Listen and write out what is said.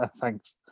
Thanks